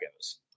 goes